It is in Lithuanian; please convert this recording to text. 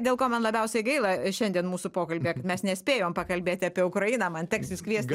dėl ko man labiausiai gaila šiandien mūsų pokalbyje mes nespėjom pakalbėti apie ukrainą man teks jus kviesti